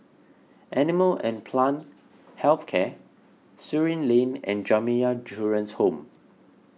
Animal and Plant Health Care Surin Lane and Jamiyah Children's Home